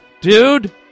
dude